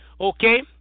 okay